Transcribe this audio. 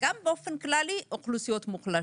וגם באופן כללי אוכלוסיות מוחלשות.